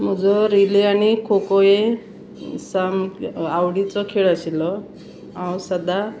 म्हजो रिले आनी खो खो हें सामकें आवडीचो खेळ आशिल्लो हांव सदां